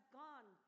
gone